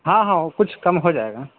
ہاں ہاں وہ کچھ کم ہو جائے گا